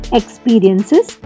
experiences